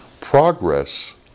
progress